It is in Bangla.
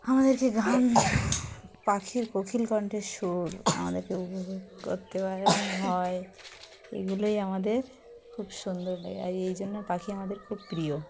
আমাদেরকে গান পাখির কোকিল কণ্ঠের সুর আমাদেরকে উপভোগ করতে পারে হয় এগুলোই আমাদের খুব সুন্দর লাগে আর এই জন্য পাখি আমাদের খুব প্রিয়